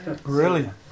brilliant